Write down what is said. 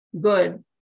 good